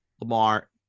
Lamar